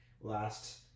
last